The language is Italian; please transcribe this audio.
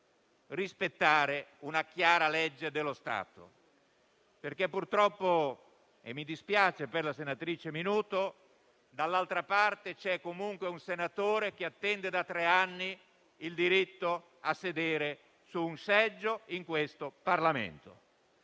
rispettare una chiara legge dello Stato. Mi dispiace per la senatrice Minuto, ma dall'altra parte c'è comunque un senatore che attende da tre anni il diritto a sedere su un seggio in questo Parlamento.